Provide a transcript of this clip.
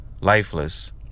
Lifeless